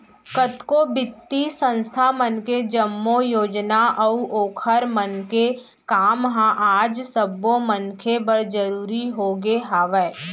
कतको बित्तीय संस्था मन के जम्मो योजना अऊ ओखर मन के काम ह आज सब्बो मनखे बर जरुरी होगे हवय